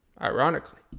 ironically